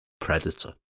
predator